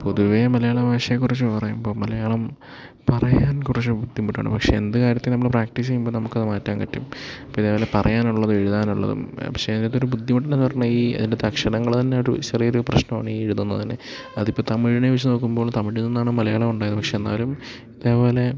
പൊതുവേ മലയാള ഭാഷയെക്കുറിച്ച് പറയുമ്പം മലയാളം പറയാൻ കുറച്ച് ബുദ്ധിമുട്ടാണ് പക്ഷെ എന്ത് കാര്യത്തിനും നമ്മൾ പ്രാക്ടീസ് ചെയ്യുമ്പം നമുക്കത് മാറ്റാൻ പറ്റും ഇപ്പം ഇതുപോലെ പറയാനുള്ളത് എഴുതാനുള്ളതും പക്ഷെ ഇതിനകത്ത് ബുദ്ധിമുട്ടെന്നായെന്നു പറഞ്ഞാൽ ഈ അതിൻ്റകത്തക്ഷരങ്ങൾ തന്നെ ഒരു ചെറിയൊരു പ്രശ്നമാണ് ഈ എഴുതുന്നത് തന്നെ അതിപ്പോൾ തമിഴിനെ വെച്ചു നോക്കുമ്പോൾ തമിഴിനാണ് നിന്നാണ് മലയാളം ഉണ്ടായത് പക്ഷേ എന്നാലും ഇതേ പോലെ